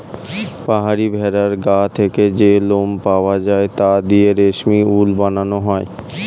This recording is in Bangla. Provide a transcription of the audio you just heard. পাহাড়ি ভেড়ার গা থেকে যে লোম পাওয়া যায় তা দিয়ে রেশমি উল বানানো হয়